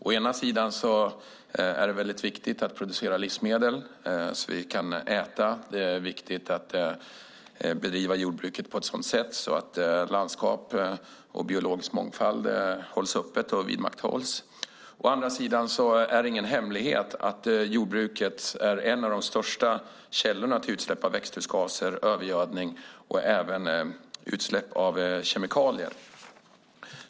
Å ena sidan är det viktigt att producera livsmedel så att vi kan äta, och det är viktigt att bedriva jordbruket på ett sådant sätt så att landskap hålls öppna och biologisk mångfald vidmakthålls. Å andra sidan är det ingen hemlighet att jordbruket är en av de största källorna till utsläpp av växthusgaser, övergödning och utsläpp av kemikalier.